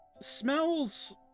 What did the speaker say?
Smells